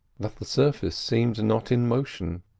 that the surface seemed not in motion.